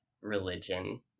religion